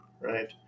right